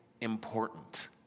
important